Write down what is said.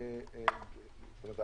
זאת אומרת,